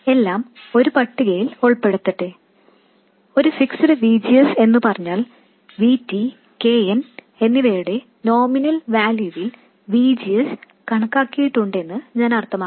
എല്ലാം ഒരു പട്ടികയിൽ ഉൾപ്പെടുത്തട്ടെ ഒരു ഫിക്സ്ഡ് V G S എന്നു പറഞ്ഞാൽ V T K n എന്നിവയുടെ നോമിനൽ വാല്യൂവിൽ V G S കണക്കാക്കിയിട്ടുണ്ടെന്ന് ഞാൻ അർത്ഥമാക്കുന്നു